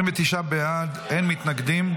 29 בעד, אין מתנגדים.